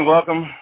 Welcome